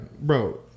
bro